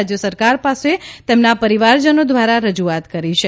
રાજય સરકાર પાસે તેમના પરિવારજનો દ્વારા રજુઆત કરી છે